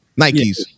Nikes